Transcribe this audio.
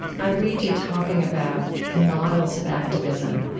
i read you talking about models of activism,